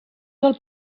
del